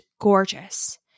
gorgeous